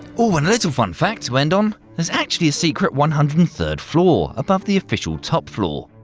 oh and a little fun fact, so and um there's actually a secret one hundred and third floor above the official top floor.